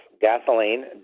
gasoline